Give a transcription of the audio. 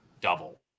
double